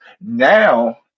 Now